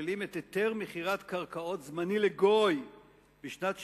שוללים את היתר מכירת קרקעות זמני לגוי בשנת שמיטה,